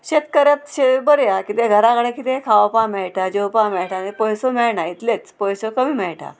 शेतकाऱ्याक शेत बऱ्या कित्या घरा कडेन कितें खावपाक मेळटा जेवपा मेळटा आनी पयसो मेळना इतलेंच पयसो कमी मेळटा